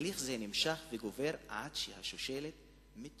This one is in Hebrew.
תהליך זה נמשך וגובר עד שהשושלת מתפוררת."